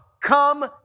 Come